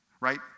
right